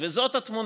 זאת התמונה.